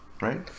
right